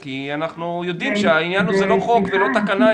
כי אנחנו יודעים שהעניין הוא לא חוק ולא תקנה,